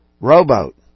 rowboat